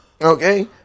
Okay